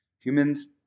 Humans